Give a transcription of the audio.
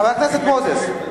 חבר הכנסת מוזס,